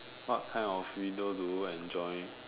what kind of video do you enjoy